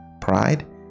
Pride